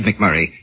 McMurray